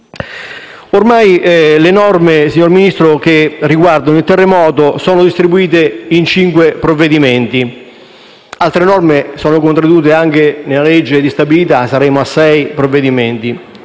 ormai le norme che riguardano il terremoto sono distribuite in cinque provvedimenti. Altre norme sono contenute anche nella legge di stabilità. Siamo a sei provvedimenti.